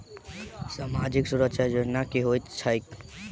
सामाजिक सुरक्षा योजना की होइत छैक?